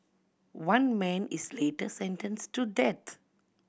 one man is later sentenced to death